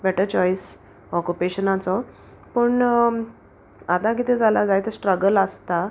better choice ऑकुपेशनाचो पूण आतां कितें जालां जायते स्ट्रगल आसता